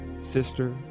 sister